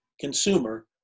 consumer